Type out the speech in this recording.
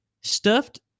stuffed